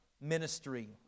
ministry